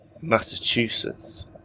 massachusetts